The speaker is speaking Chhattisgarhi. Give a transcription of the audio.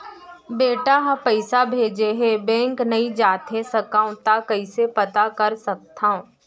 बेटा ह पइसा भेजे हे बैंक नई जाथे सकंव त कइसे पता कर सकथव?